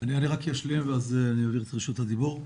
אני רק אשלים ואז אני אעביר את רשות הדיבור.